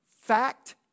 fact